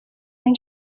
این